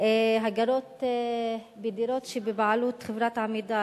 הגרות בדירות שבבעלות חברת "עמידר",